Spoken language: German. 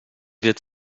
wird